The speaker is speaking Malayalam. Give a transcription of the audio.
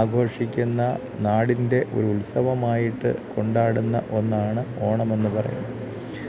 ആഘോഷിക്കുന്ന നാടിന്റെ ഒരുത്സവമായിട്ട് കൊണ്ടാടുന്ന ഒന്നാണ് ഓണമെന്ന് പറയുന്നത്